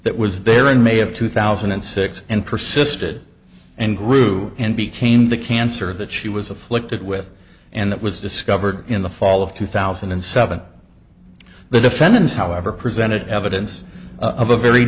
that was there in may of two thousand and six and persisted and grew and became the cancer that she was afflicted with and it was discovered in the fall of two thousand and seven the defendants however presented evidence of a very